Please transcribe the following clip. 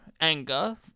anger